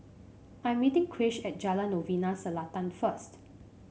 I'm meeting Krish at Jalan Novena Selatan first